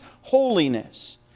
holiness